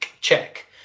check